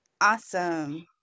Awesome